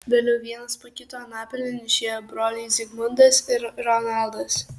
vėliau vienas po kito anapilin išėjo broliai zigmundas ir ronaldas